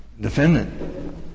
defendant